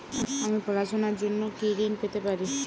আমি পড়াশুনার জন্য কি ঋন পেতে পারি?